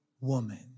woman